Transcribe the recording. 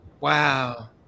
Wow